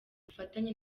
bufatanye